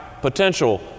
potential